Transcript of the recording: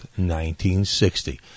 1960